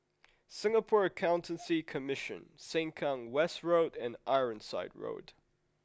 Singapore Accountancy Commission Sengkang West Road and Ironside Road